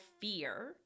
fear